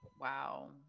Wow